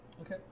Okay